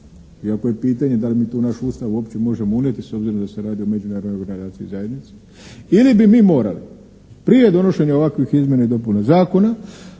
Iako je pitanje da li mi tu naš Ustav uopće možemo unijeti s obzirom da se radi o međunarodnoj organizaciji zajednica ili bi mi morali prije donošenja ovakvih izmjena i dopuna zakona